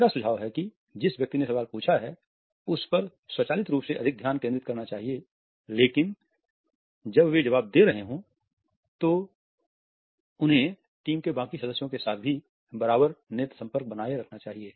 मेरा सुझाव है कि जिस व्यक्ति ने सवाल पूछा है उस पर स्वचालित रूप से अधिक ध्यान केंद्रित करना चाहिए लेकिन जब वे जवाब दे रहे हैं तो उन्हें टीम के बाकी सदस्यों के साथ भी बराबर नेत्र संपर्क बनाए रखना चाहिए